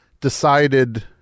decided